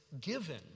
given